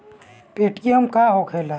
Paytm का होखेला?